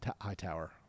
Hightower